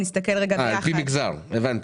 על פי מגזר, הבנתי.